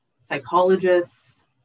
psychologists